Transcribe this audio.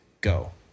go